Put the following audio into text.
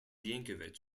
yankovic